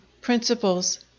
principles